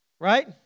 Right